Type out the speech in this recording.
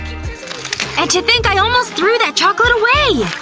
and to think i almost threw that chocolate away!